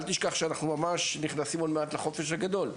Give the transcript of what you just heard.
אל תשכח שאנחנו ממש נכנסים עוד מעט לחופש הגדול,